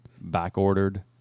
Back-ordered